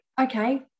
okay